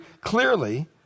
clearly